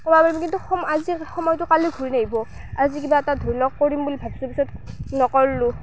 ক'ব পাৰিম কিন্তু সম আজিৰ সময়টো কালি ঘূৰি নাহিব আজি কিবা এটা ধৰি লওক কৰিম বুলি ভাবিছোঁ পিছত নকৰিলোঁ